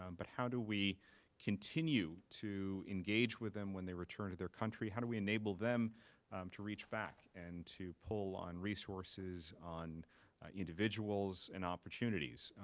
but how do we continue to engage with them when they return to their country? how do we enable them to reach back and to pull on resources, on individuals and opportunities,